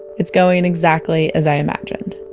it's going exactly as i imagined